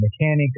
mechanic